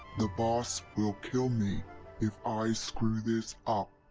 the boss will kill me if i screw this up!